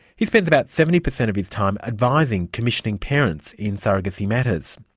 he spends about seventy per cent of his time advising commissioning parents in surrogacy matters.